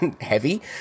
heavy